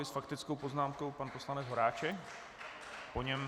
S faktickou poznámkou pan poslanec Horáček, po něm...